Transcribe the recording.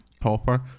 popper